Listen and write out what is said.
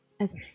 Okay